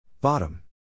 Bottom